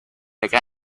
delle